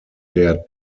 der